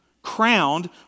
crowned